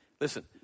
Listen